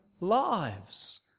lives